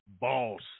boss